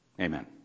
Amen